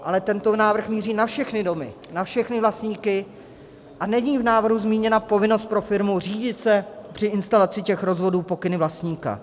Ale tento návrh míří na všechny domy, na všechny vlastníky a není v návrhu zmíněna povinnost pro firmu řídit se při instalaci rozvodů pokyny vlastníka.